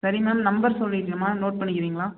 சரி ma'am number சொல்லிட்ணுமா note பண்ணிக்குறீங்களா